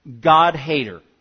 God-hater